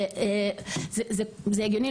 וזה הגיוני,